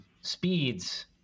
speeds